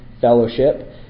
fellowship